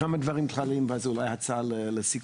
כמה דברים כלליים ואז אולי הצעה לסיכום.